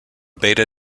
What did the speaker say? beta